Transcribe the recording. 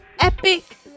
Epic